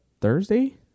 Thursday